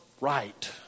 right